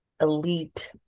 elite